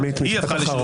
עמית, משפט אחרון.